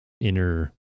inner